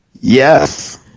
Yes